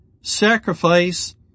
Sacrifice